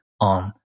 on